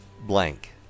blank